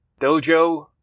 Dojo